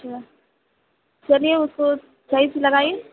اچھا چلیے اُس کو صحیح سے لگائیے